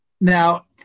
now